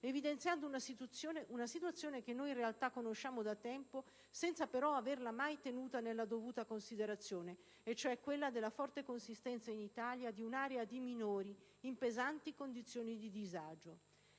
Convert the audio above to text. evidenziando una situazione che in realtà conosciamo da tempo senza però averla mai tenuta nella dovuta considerazione, e cioè quella della forte consistenza in Italia di un'area di minori in pesanti condizioni di disagio.